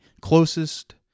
closest